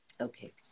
Okay